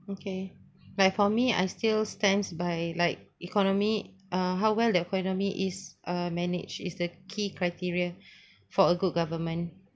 okay but for me I still stands by like economy uh how well the economy is uh managed is the key criteria for a good government